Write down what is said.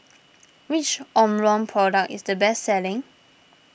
which Omron product is the best selling